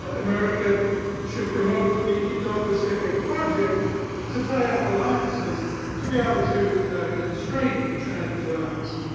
america should promote the indo-pacific project to tie up alliances to be able to constrain china's rise.